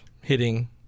hitting